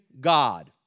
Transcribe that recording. God